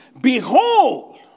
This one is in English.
Behold